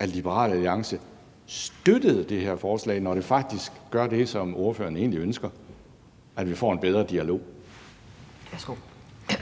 at Liberal Alliance støttede det her forslag, altså når det faktisk gør det, som ordføreren egentlig ønsker, nemlig at vi får en bedre dialog? Kl.